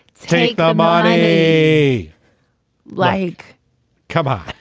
hey, i'm on a a like cover.